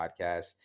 podcast